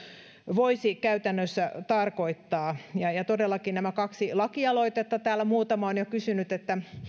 voisi käytännössä tarkoittaa todellakin on nämä kaksi lakialoitetta täällä muutama on jo kysynyt että